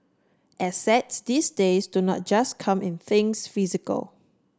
assets these days do not just come in things physical